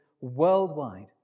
worldwide